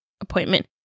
appointment